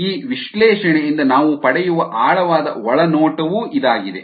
ಈ ವಿಶ್ಲೇಷಣೆಯಿಂದ ನಾವು ಪಡೆಯುವ ಆಳವಾದ ಒಳನೋಟವೂ ಇದಾಗಿದೆ